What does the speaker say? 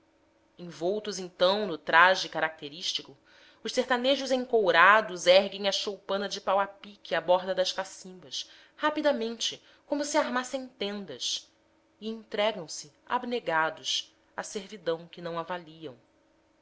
envoltos então no traje característico os sertanejos encourados erguem a choupana de pau a pique à borda das cacimbas rapidamente como se armassem tendas e entregam se abnegados à servidão que não avaliam